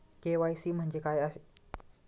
KYC म्हणजे काय आहे?